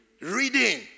reading